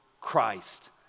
Christ